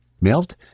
Melt